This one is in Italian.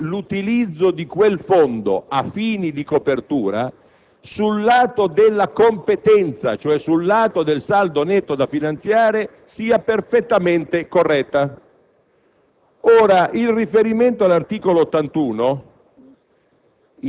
questo punto - il fatto che l'utilizzo di quel fondo a fini di copertura sul lato della competenza, cioè sul lato del saldo netto da finanziare, sia perfettamente corretto.